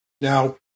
Now